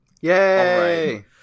Yay